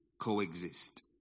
coexist